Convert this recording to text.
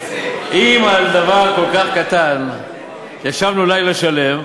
אם על דבר כל כך קטן ישבנו לילה שלם,